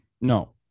No